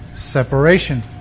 Separation